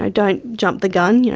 ah don't jump the gun, you know